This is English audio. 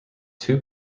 two